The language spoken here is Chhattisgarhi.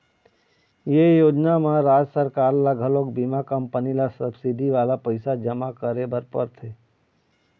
ए योजना म राज सरकार ल घलोक बीमा कंपनी ल सब्सिडी वाला पइसा जमा करे बर परथे